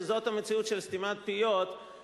שזאת המציאות של סתימת פיות,